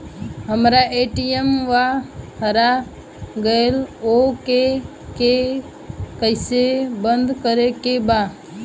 हमरा ए.टी.एम वा हेरा गइल ओ के के कैसे बंद करे के बा?